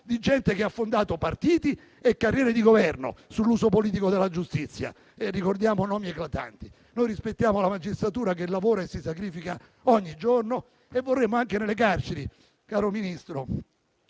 di gente che ha fondato partiti e carriere di Governo sull'uso politico della giustizia, e ricordiamo nomi eclatanti. Noi rispettiamo la magistratura che lavora e si sacrifica ogni giorno. E, per quanto riguarda le carceri, signor Ministro,